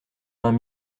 vingt